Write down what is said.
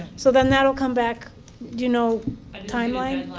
so, then that'll come back do you know a timeline?